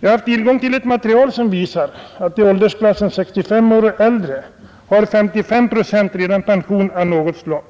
Jag har tillgång till ett material som visar att i åldersklassen 65 år och äldre har 55 procent redan pension av något slag.